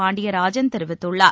பாண்டியராஜன் தெரிவித்துள்ளார்